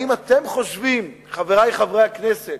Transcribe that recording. האם אתם חושבים, חברי חברי הכנסת,